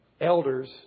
elders